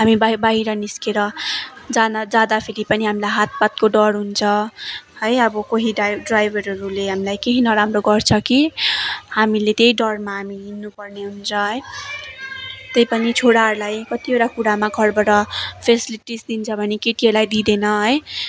हामी बा बाहिर निस्केर जान जाँदाफेरि पनि हामीलाई हातपातको डर हुन्छ है अब कोही ड्राइव ड्राइभरहरूले हामीलाई केही नराम्रो गर्छ कि हामीले त्यही डरमा हामी हिँड्नुपर्ने हुन्छ है त्यही पनि छोराहरूलाई कतिवटा कुरामा घरबाट फेसिलिटिज दिन्छ भने केटीहरूलाई दिँदैन है